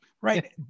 right